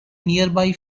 nearby